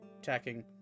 attacking